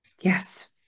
Yes